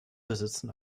besitzen